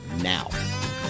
now